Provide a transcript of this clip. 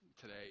today